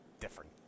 different